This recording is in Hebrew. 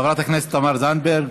חברת הכנסת תמר זנדברג.